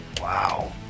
Wow